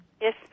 Yes